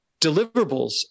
deliverables